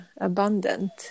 abundant